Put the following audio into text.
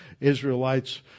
Israelites